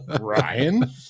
Ryan